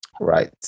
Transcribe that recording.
right